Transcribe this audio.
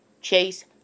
chase